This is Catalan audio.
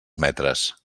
metres